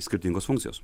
skirtingos funkcijos